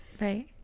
Right